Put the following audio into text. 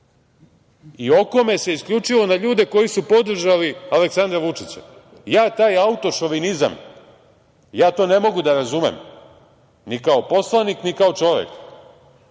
Okome se isključivo na ljude koji su podržali Aleksandra Vučića. Ja taj auto-šovinizam ne mogu da razumem, ni kao poslanik, ni kao čovek.